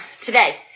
today